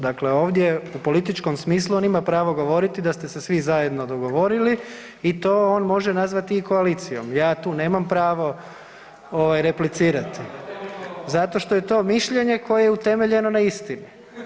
Dakle, ovdje u političkom smislu on ima pravo govoriti da ste se svi zajedno dogovorili i to on može nazvati i koalicijom, ja tu nemam pravo ovaj replicirati zato što je to mišljenje koje je utemeljeno na istini.